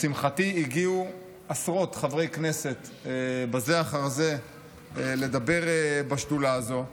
לשמחתי הגיעו עשרות חברי כנסת בזה אחר זה לדבר בשדולה הזאת,